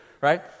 right